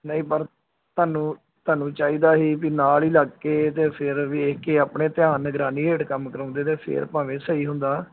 ਨਹੀਂ ਪਰ ਤੁਹਾਨੂੰ ਤੁਹਾਨੂੰ ਚਾਹੀਦਾ ਹੀ ਵੀ ਨਾਲ ਹੀ ਲੱਗ ਕੇ ਅਤੇ ਫਿਰ ਵੇਖ ਕੇ ਆਪਣੇ ਧਿਆਨ ਨਿਗਰਾਨੀ ਹੇਠ ਕੰਮ ਕਰਾਉਂਦੇ ਤਾਂ ਫਿਰ ਭਾਵੇਂ ਸਹੀ ਹੁੰਦਾ